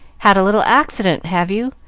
had a little accident, have you?